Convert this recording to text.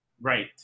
Right